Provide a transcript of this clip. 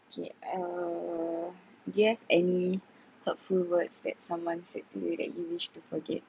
okay err do you have any hurtful words that someone said to you that you wish to forget